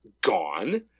gone